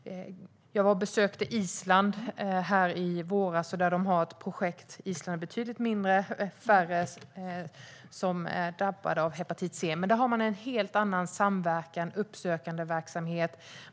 Jag besökte Island, som är betydligt mindre och har färre drabbade av hepatit C, i våras, och där har man en helt annan samverkan och uppsökandeverksamhet.